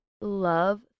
love